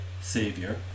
savior